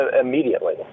immediately